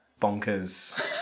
bonkers